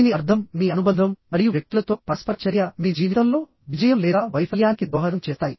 దీని అర్థం మీ అనుబంధం మరియు వ్యక్తులతో పరస్పర చర్య మీ జీవితంలో విజయం లేదా వైఫల్యానికి దోహదం చేస్తాయి